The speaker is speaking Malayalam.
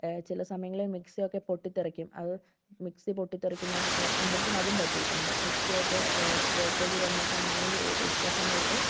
ചില സമയങ്ങളിൽ മിക്സിയൊക്കെ പൊട്ടി തെറിക്കും അത് മിക്സി പൊട്ടി തെറിക്കുന്നത് എൻ്റെയടുത്തുനിന്ന് അതും പറ്റിയിട്ടുണ്ട് മിക്സിയൊക്കെ വോൾട്ടേജ് കുറഞ്ഞ സമയങ്ങളിൽ ഇ ഇട്ടസമയത്ത്